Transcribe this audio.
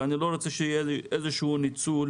ואני לא רוצה שיהיה לי איזשהו ניצול